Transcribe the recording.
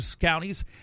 counties